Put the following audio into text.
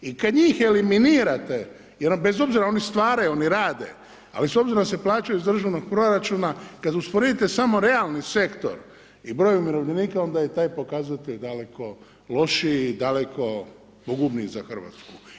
I kad njih eliminirate jer bez obzira, oni stvaraju, oni rade ali s obzirom da se plaćaju iz državnog proračuna kada usporedite samo realni sektor i broj umirovljenika onda je i taj pokazatelj daleko lošiji i daleko pogubniji za Hrvatsku.